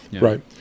right